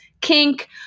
kink